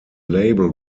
label